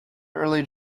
early